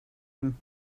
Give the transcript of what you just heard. him